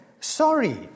sorry